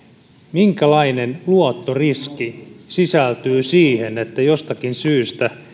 minkälainen luottoriski sisältyy siihen että jostakin syystä